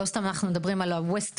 לא סתם אנחנו מדברים על ה-Waste-to-energy.